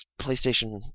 PlayStation